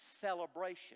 celebration